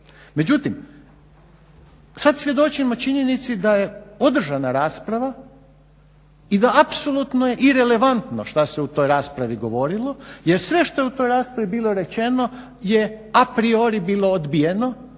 Međutim, sad svjedočimo činjenici da je održana rasprava i da apsolutno je irelevantno što se u toj raspravi govorilo jer sve što je u toj raspravi bilo rečeno je a priori bilo odbijeno